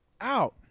out